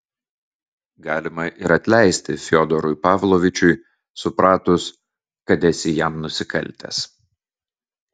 galima ir atleisti fiodorui pavlovičiui supratus kad esi jam nusikaltęs